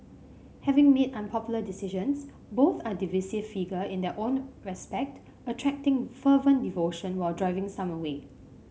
having made unpopular decisions both are divisive figure in their own respect attracting fervent devotion while driving some away